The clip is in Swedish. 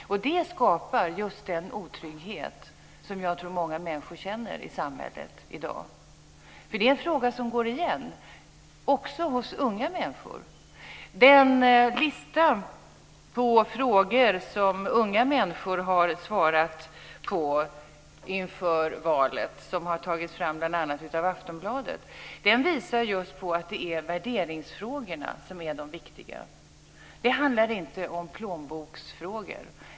Det skapar just den otrygghet som jag tror att många människor känner i samhället i dag. Det är en fråga som går igen också hos unga människor. Den lista på frågor som unga människor har svarat på inför valet, som har tagits fram bl.a. av Aftonbladet, visar just på att det är värderingsfrågorna som är de viktiga. Det handlar inte om plånboksfrågor.